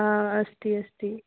अस्ति अस्ति